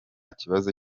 kibazo